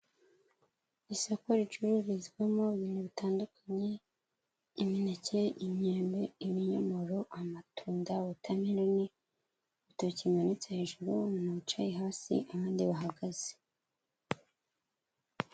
Isoko ricururizwamo ibintu bitandukanye, imineke, imyembe, ibinyomoro, amatunda, watomeroni, ibitoki bimanitse hejuru, umuntu wicaye hasi, abandi bahagaze.